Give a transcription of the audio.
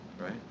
Right